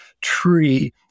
tree